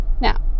Now